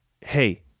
hey